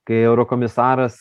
kai eurokomisaras